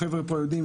החבר'ה פה יודעים.